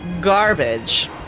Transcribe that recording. Garbage